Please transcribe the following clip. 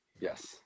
Yes